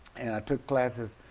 took classes